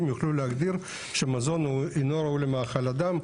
יוכלו להגדיר שמזון הוא אינו ראוי למאכל אדם,